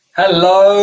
hello